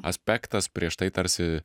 aspektas prieš tai tarsi